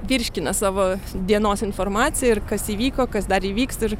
virškina savo dienos informaciją ir kas įvyko kas dar įvyks ir